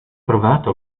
provato